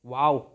wow